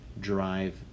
drive